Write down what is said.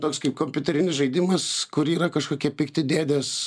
toks kaip kompiuterinis žaidimas kur yra kažkokie pikti dėdės